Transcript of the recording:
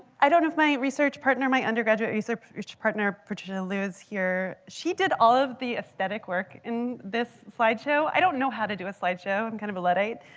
i don't have my research partner, my undergraduate research partner, patricia liz here. she did all of the aesthetic work in this slide show. i don't know how to do a slide show. i'm kind of a luddite.